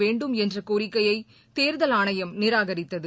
வேண்டும் என்ற கோரிக்கையை தேர்தல் ஆணையம் நிராகரித்தது